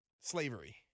Slavery